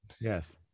Yes